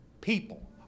people